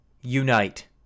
Unite